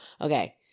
Okay